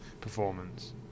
performance